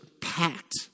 packed